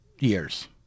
years